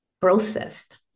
processed